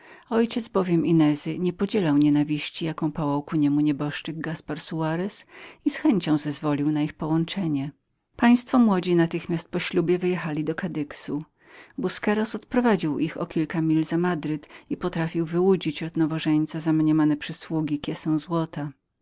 ojciec bowiem inezy niepodzielający nigdy nienawiści jaką pałał ku niemu nieboszczyk gaspar soarez z chęcią zezwolił na ich połączenie państwo młodzi natychmiast po ślubie wyjechali do kadyxu busqueros odprowadzał ich o kilka mil za madryt i potrafił wyłudzić od nowożeńca za mniemane przysługi kiesę złota